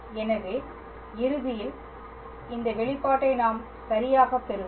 எனவே இறுதியில் இந்த வெளிப்பாட்டை நாம் சரியாகப் பெறுவோம்